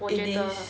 it is